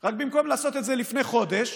רק במקום לעשות את זה לפני חודש,